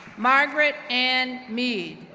margaret anne mead,